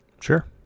Sure